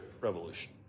revolution